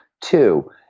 two